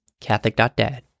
Catholic.Dad